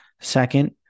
Second